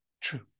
true